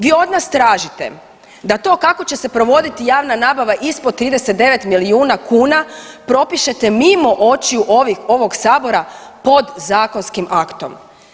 Vi od nas tražite da to kako će se provoditi javna nabava ispod 39 milijuna kuna propišete mimo očiju ovih, ovog sabora podzakonskim aktom.